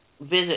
visit